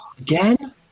again